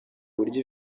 buryo